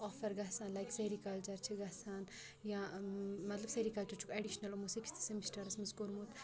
offer گژھان like sericulture چھِ گژھان یا مطلب سِرِیکَلچَر چھُکھ اٮ۪ڈِشنَلو منٛز سِکِستھٕ سیٚمِسٹَرَس منٛز کوٚرمُت